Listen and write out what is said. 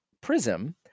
prism